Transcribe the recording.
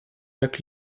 jak